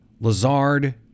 Lazard